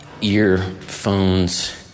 earphones